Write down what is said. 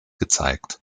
gezeigt